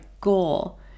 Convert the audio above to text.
goal